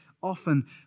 often